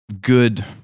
good